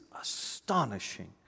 astonishing